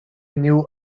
knew